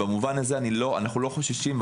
במובן הזה אנו לא חוששים.